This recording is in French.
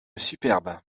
superbe